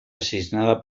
asesinada